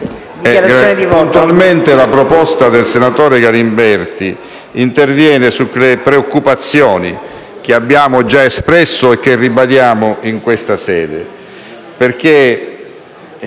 Presidente, l'emendamento del senatore Galimberti interviene sulle preoccupazioni che abbiamo già espresso e ribadiamo in questa sede.